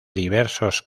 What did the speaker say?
diversos